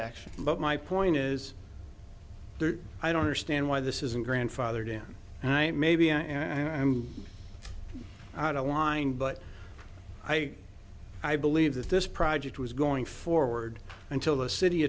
action but my point is i don't understand why this isn't grandfather dan and i may be and i'm out of line but i i believe that this project was going forward until the city